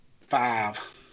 Five